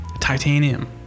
Titanium